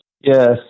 yes